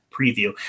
preview